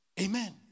Amen